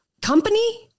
company